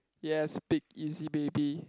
yes big easy baby